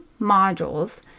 modules